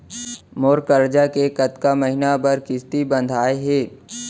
मोर करजा के कतका महीना बर किस्ती बंधाये हे?